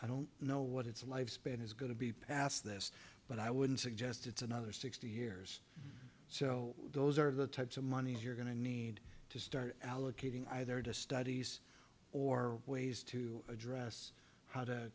i don't know what its lifespan is going to be past this but i wouldn't suggest it's another sixty years so those are the types of monies you're going to need to start allocating either to studies or ways to address how to